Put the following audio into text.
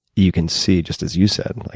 you can see just as you said, and like